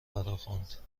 فراخواند